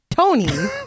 Tony